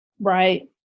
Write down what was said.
Right